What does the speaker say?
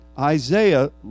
Isaiah